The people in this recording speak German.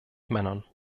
männern